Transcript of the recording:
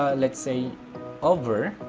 ah let's say over.